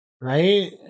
right